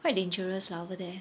quite dangerous lah over there